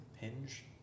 hinge